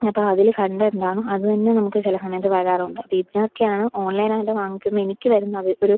അപ്പോൾ അതിൽ കണ്ടത് എന്താണോ അത് തന്നെ നമുക്ക് ചില സമയത്ത് വരാറുണ്ട് ഇതൊക്കെയാണ് ഓൺലൈനായിട്ട് വാങ്ങിക്കുമ്പോഴെനിക്ക് വരുന്നത് ഒരു